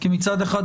כי מצד אחד,